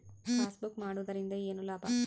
Passbook ಮಾಡುದರಿಂದ ಏನು ಲಾಭ?